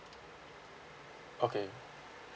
okay